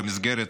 במסגרת